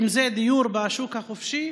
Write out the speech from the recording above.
אם זה דיור בשוק החופשי